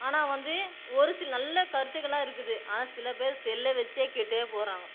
ஆனால் வந்து ஒரு சில நல்ல கருத்துக்கள்லாம் இருக்குது ஆனால் சில பேர் செல்லை வைச்சே கெட்டு போகிறாங்க